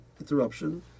interruption